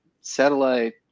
satellite